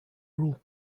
ruled